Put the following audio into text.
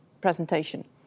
presentation